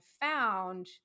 found